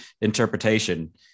interpretation